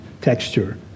texture